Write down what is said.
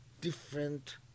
different